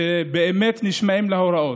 שבאמת נשמעים להוראות.